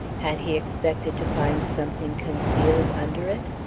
had he expected to find something concealed under it?